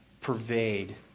pervade